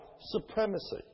supremacy